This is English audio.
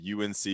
UNC